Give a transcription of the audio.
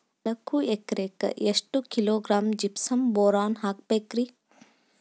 ನಾಲ್ಕು ಎಕರೆಕ್ಕ ಎಷ್ಟು ಕಿಲೋಗ್ರಾಂ ಜಿಪ್ಸಮ್ ಬೋರಾನ್ ಹಾಕಬೇಕು ರಿ?